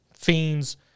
fiends